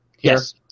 Yes